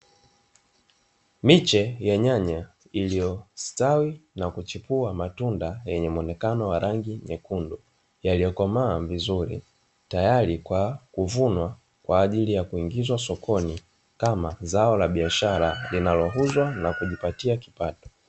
Miche ya nyanya iliyostawi na kuchipua matunda yenye muonekano wa rangi nyekundu yaliokomaa vizuri tayari kwa kuvunwa, kwa ajili ya kuingizwa sokoni kama zao la biashara linaliuzwa na kujipatia kipato.